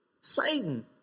Satan